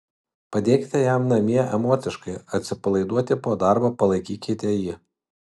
padėkite jam namie emociškai atsipalaiduoti po darbo palaikykite jį